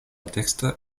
dekstre